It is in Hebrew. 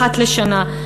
אחת לשנה,